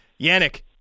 Yannick